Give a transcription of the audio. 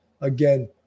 again